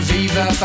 Viva